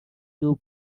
two